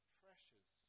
pressures